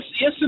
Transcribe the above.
yes